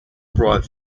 brought